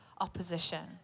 opposition